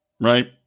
right